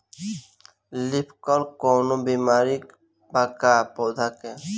Leaf curl कौनो बीमारी बा का पौधा के?